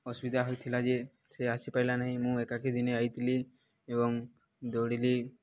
ଅସୁବିଧା ହୋଇଥିଲା ଯେ ସେ ଆସିପାରିଲାନାହିଁ ମୁଁ ଏକାକି ଦିନେ ଆଇଥିଲି ଏବଂ ଦୌଡ଼ିଲି